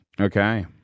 Okay